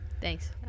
Thanks